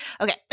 Okay